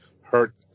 hurt